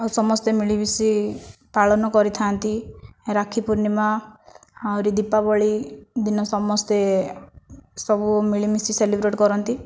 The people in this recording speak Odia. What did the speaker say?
ଆଉ ସମସ୍ତେ ମିଳିମିଶି ପାଳନ କରିଥା'ନ୍ତି ରାକ୍ଷୀ ପୂର୍ଣିମା ଆହୁରି ଦୀପାବଳି ଦିନ ସମସ୍ତେ ସବୁ ମିଳିମିଶି ସେଲିବ୍ରେଟ କରନ୍ତି